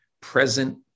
present